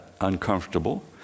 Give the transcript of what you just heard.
uncomfortable